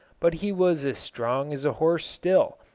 but he was as strong as a horse still,